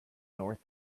north